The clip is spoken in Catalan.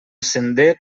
sender